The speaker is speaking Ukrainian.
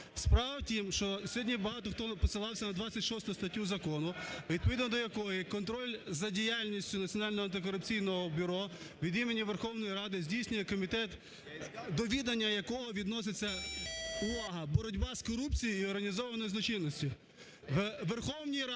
Справа у тім, що сьогодні багато хто посилався на 26 статтю закону, відповідно до якої контроль за діяльністю Національного антикорупційного бюро від імені Верховної Ради здійснює комітет, до відання якого відноситься… Увага! Боротьба з корупцією і організованою злочинністю.